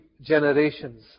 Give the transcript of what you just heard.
generations